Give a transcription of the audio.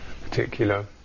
particular